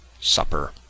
supper